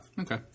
Okay